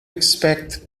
expect